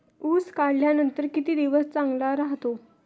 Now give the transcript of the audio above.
ऊस काढल्यानंतर किती दिवस चांगला राहतो?